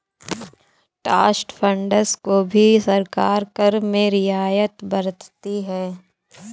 trust funds को भी सरकार कर में रियायत बरतती है